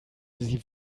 sie